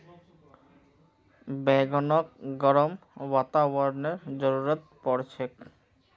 बैगनक गर्म वातावरनेर जरुरत पोर छेक